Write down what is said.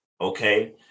Okay